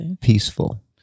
peaceful